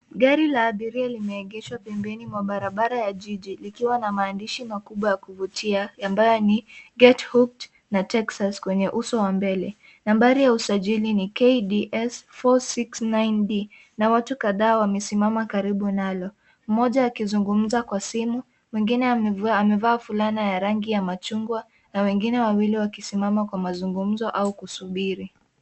Gari la abiria limeegeshwa pempeni mwa barabarani mwa Jiji likiwa na maandishi makubwa ya kuvutia ambayo ni get hoped na texas kwenye uso wa mbele. Nambari ya usajili ni KDS 469D na watu kadhaa wamesimama karibu nalo. Moja akizungumza kwa simu mwingine amevaa fulana ya rangi ya machungwa na wengine wawili wakisima kuwa mazungunzo au kusubiri.